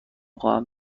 خواهم